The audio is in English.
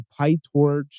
PyTorch